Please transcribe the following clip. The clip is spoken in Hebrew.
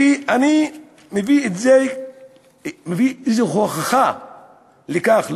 ואני מביא כהוכחה לכך,